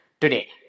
today